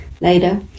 later